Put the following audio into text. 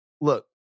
look